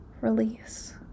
release